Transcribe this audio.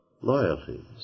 loyalties